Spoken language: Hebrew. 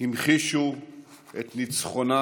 המחישו את ניצחונה